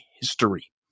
history